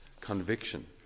conviction